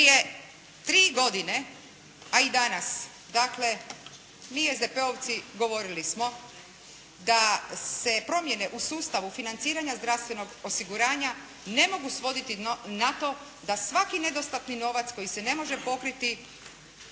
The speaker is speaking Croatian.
prije tri godine a i danas dakle mi SDP-ovci govorili smo da se promjene u sustavu financiranja zdravstvenog osiguranja ne mogu svoditi na to da svaki nedostatni novac koji se ne može pokriti